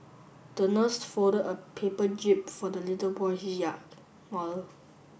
the nurse folded a paper jib for the little boy's yacht model